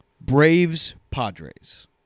Braves-Padres